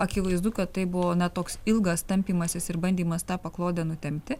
akivaizdu kad tai buvo na toks ilgas tampymasis ir bandymas tą paklodę nutempti